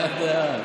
לאט-לאט.